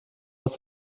aus